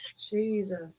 Jesus